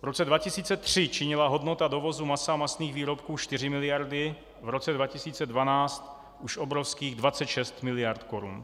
V roce 2003 činila hodnota dovozu masa a masných výrobků 4 miliardy, v roce 2012 už obrovských 26 miliard Kč.